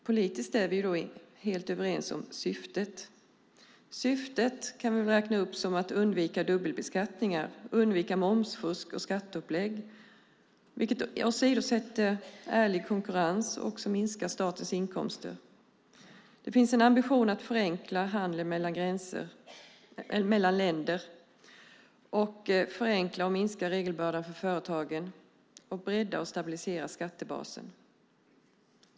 Politiskt är vi helt överens om syftet. Syftet är att undvika dubbelbeskattningar och undvika momsfusk och skatteupplägg, vilket åsidosätter ärlig konkurrens och minskar statens inkomster. Det finns en ambition att förenkla handel mellan länder, förenkla och minska regelbördan för företagen och bredda och stabilisera skattebasen.